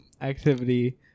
activity